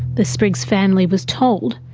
the spriggs family was told,